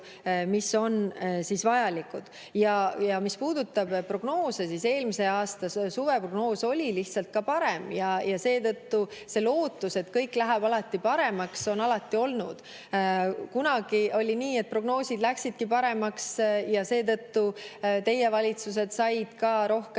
mis on vajalikud. Ja mis puudutab prognoose, siis eelmise aasta suve prognoos oli lihtsalt ka parem ja seetõttu on see lootus, et kõik läheb alati paremaks, alati olnud. Kunagi oli nii, et prognoosid läksidki paremaks ja seetõttu teie valitsused said ka rohkem